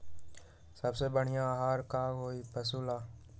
सबसे बढ़िया आहार का होई पशु ला?